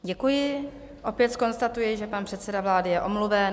Děkuji a opět zkonstatuji, že pan předseda vlády je omluven.